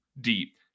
deep